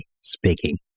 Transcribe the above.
speaking